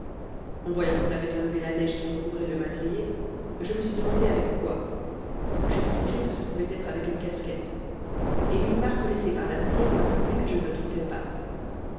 en voyant qu'on avait enlevé la neige qui recouvrait le madrier je me suis demandé avec quoi j'ai songé que ce pouvait être avec une casquette et une marque laissée par la visière m'a prouvé que je ne me trompais pas